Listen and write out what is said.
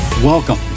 Welcome